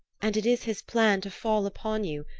and it is his plan to fall upon you,